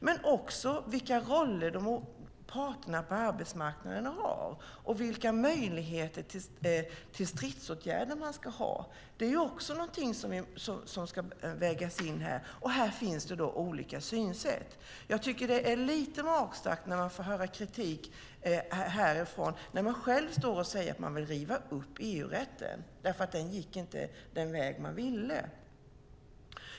Men det handlar också om vilka roller parterna på arbetsmarknaden har och vilka möjligheter till stridsåtgärder man ska ha. Det är också någonting som ska vägas in här. Och här finns det då olika synsätt. Jag tycker att det är lite magstarkt att få höra kritik härifrån när man själv står och säger att man vill riva upp EU-rätten därför att den inte gick den väg man ville.